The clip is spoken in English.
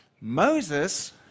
Moses